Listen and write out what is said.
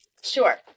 Sure